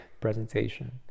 presentation